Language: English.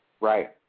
Right